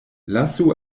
lasu